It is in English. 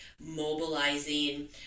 mobilizing